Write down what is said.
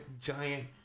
giant